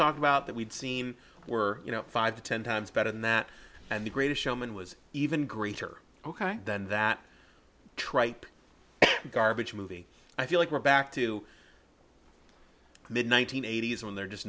talk about that we'd seem were you know five to ten times better than that and the greatest showman was even greater ok then that trite garbage movie i feel like we're back to the one nine hundred eighty s when they're just